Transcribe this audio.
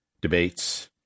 debates